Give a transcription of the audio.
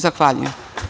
Zahvaljujem.